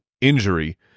injury